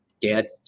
Dad